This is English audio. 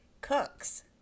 cooks